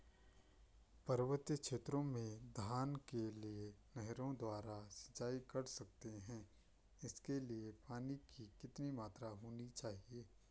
पर्वतीय क्षेत्रों में धान के लिए नहरों द्वारा सिंचाई कर सकते हैं इसके लिए पानी की कितनी मात्रा होनी चाहिए?